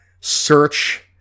search